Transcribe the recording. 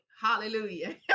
Hallelujah